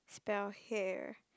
spell hair